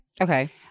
Okay